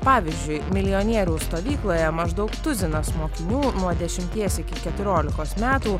pavyzdžiui milijonierių stovykloje maždaug tuzinas mokinių nuo dešimties iki keturiolikos metų